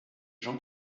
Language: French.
jean